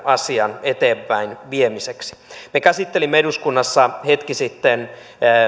asian eteenpäinviemiseksi me käsittelimme eduskunnassa hetki sitten